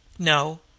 No